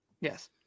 Yes